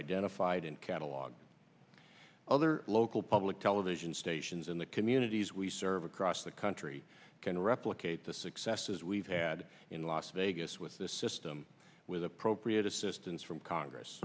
identified and catalog other local public television stations in the communities we serve across the country can replicate the successes we've had in las vegas with this system with appropriate assistance from congress